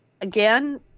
Again